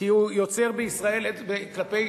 כי הוא יוצר בישראל כלפי,